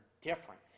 different